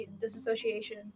disassociation